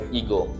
ego